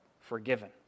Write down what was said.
forgiven